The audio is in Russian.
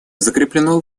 закреплено